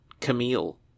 camille